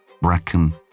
bracken